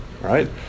Right